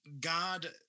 God